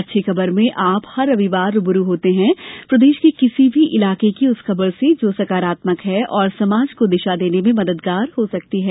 अच्छी खबरमें आप हर रविवार रूबरू होते हैं प्रदेश के किसी भी इलाके की उस खबर से जो सकारात्मक है और समाज को दिशा देने में मददगार हो सकती है